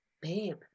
babe